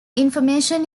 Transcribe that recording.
information